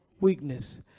weakness